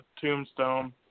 tombstone